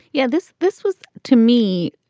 yeah. this this was to me,